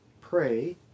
Pray